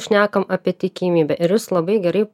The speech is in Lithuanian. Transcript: šnekam apie tikimybę ir jūs labai gerai